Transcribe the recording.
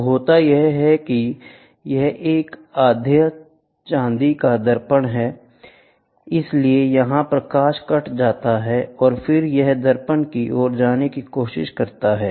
तो होता यह है की यह एक आधा चांदी का दर्पण है इसलिए यहाँ प्रकाश कट जाता है और फिर यह दर्पण की ओर जाने की कोशिश करता है